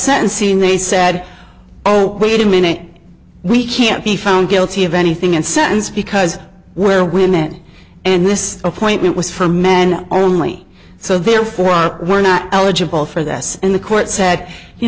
sentencing they said oh wait a minute we can't be found guilty of anything and sentence because where women and this appointment was for men only so therefore are were not eligible for this in the court said you